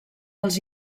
als